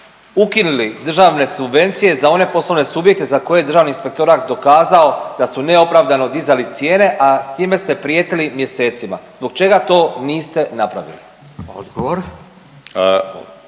ukinuli državne subvencije za one poslovne subjekte za koje je Državni inspektorat dokazao da su neopravdano dizali cijene, a s time ste prijetili mjesecima. Zbog čega to niste napravili? **Radin, Furio